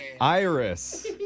Iris